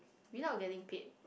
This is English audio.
without getting paid